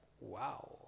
Wow